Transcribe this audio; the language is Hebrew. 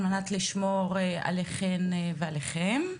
על מנת לשמור עליכן ועליכם.